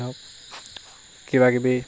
কিবাকিবি